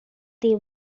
they